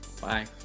bye